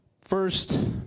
First